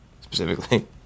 specifically